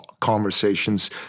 conversations